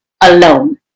alone